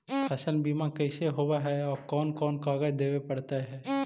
फसल बिमा कैसे होब है और कोन कोन कागज देबे पड़तै है?